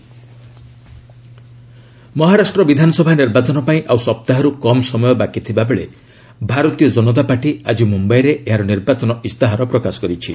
Maharashtra BJP Maharashtra ବିଧାନସଭା ନିର୍ବାଚନ ପାଇଁ ଆଉ ସପ୍ତାହେରୁ କମ୍ ସମୟ ବାକିଥିବାବେଳେ ଭାରତୀୟ ଜନତା ପାର୍ଟି ଆଜି ମୁମ୍ୟାଇରେ ଏହାର ନିର୍ବାଚନ ଇସ୍ତାହାର ପ୍ରକାଶ କରିଛି